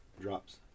drops